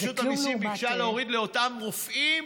רשות המיסים ביקשה להוריד לאותם רופאים